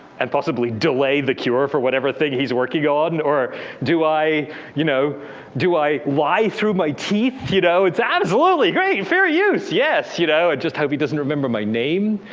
and possibly delay the cure for whatever thing he's working on. and or do i you know do i lie through my teeth. you know it's absolutely, great, and fair use. yes. you know and just hope he doesn't remember my name.